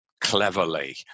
cleverly